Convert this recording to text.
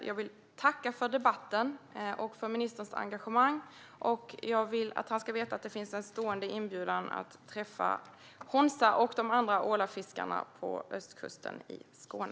Jag vill tacka för debatten och för ministerns engagemang, och jag vill att han ska veta att det finns en stående inbjudan att träffa Hånsa och de andra ålafiskarna på östkusten i Skåne.